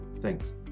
thanks